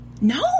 No